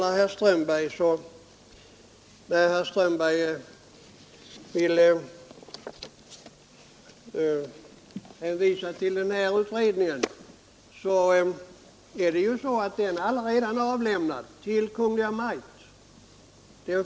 Herr Strömberg ville hänvisa till den utredning som redan avlämnat sitt resultat till Kungl. Maj:t.